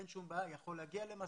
אין שום בעיה והוא יכול להגיע למסע,